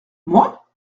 moi